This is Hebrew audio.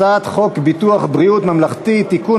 הצעת חוק ביטוח בריאות ממלכתי (תיקון,